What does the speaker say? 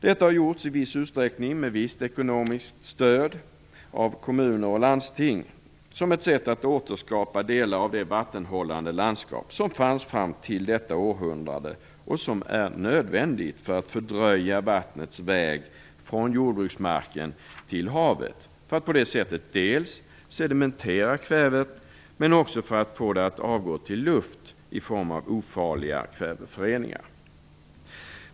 Detta har gjorts i viss utsträckning och med visst ekonomiskt stöd av kommuner och landsting, som ett sätt att återskapa delar av det vattenhållande landskap som fanns fram till detta århundrade och som är nödvändigt för att fördröja vattnets väg från jordbruksmarken till havet. På det sättet kan kvävet dels sedimenteras, dels fås att avgå till luft i form av ofarliga kväveföreningar.